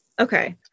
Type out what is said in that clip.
Okay